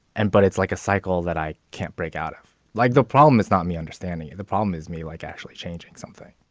and but it's like a cycle that i can't break out of, like the problem is not me understanding. the problem is me like actually changing something.